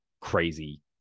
crazy